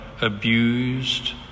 abused